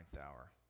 hour